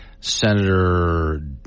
Senator